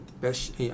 best